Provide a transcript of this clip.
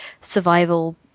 survival